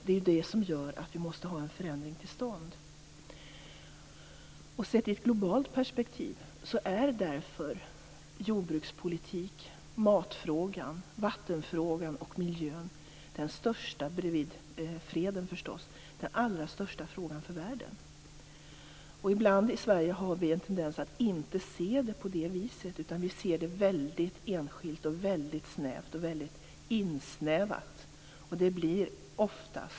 Det är det som gör att vi måste få en förändring till stånd. Sett i ett globalt perspektiv är därför jordbrukspolitiken - matfrågan, vattenfrågan och miljöfrågan - den största frågan för världen, bredvid frågan om freden, förstås. Ibland har vi i Sverige en tendens att inte se det på det viset. Vi ser det väldigt enskilt och väldigt snävt.